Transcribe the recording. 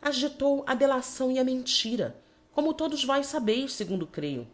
as diólou a delação e a mentira fcomo todos vós labeis fegundo creio